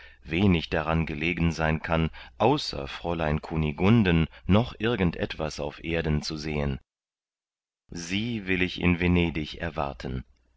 wenig daran gelegen sein kann außer fräulein kunigunden noch irgend etwas auf erden zu sehen sie will ich in venedig erwarten